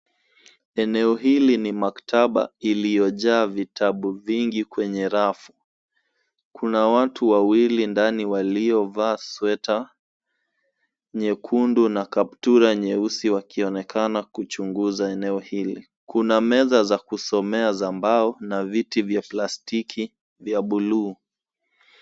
Eneo hili ni maktaba iliyojaa vitabu vingi kwenye rafu. Kuna watu wawili ndani waliovaa sweta nyekundu na kaptula nyeusi wakionekana kuchunguza eneo hili. Kuna meza za kusomea za mbao na viti vya plastiki vya bluu.